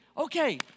okay